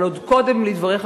אבל עוד קודם לדבריך,